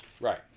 Right